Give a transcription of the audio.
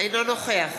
אינו נוכח